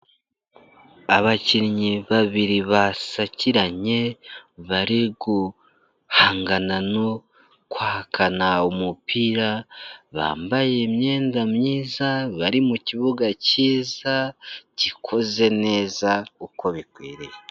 Abakinnyi babiri basakiranye, bari guhangana no kwakana umupira. Bambaye imyenda myiza, bari mu kibuga kiza, gikoze neza uko bikwiriye.